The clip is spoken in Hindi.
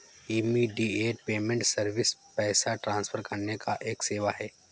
इमीडियेट पेमेंट सर्विस पैसा ट्रांसफर करने का एक सेवा है